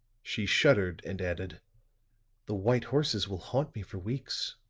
she shuddered and added the white horses will haunt me for weeks.